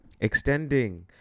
extending